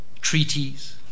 treaties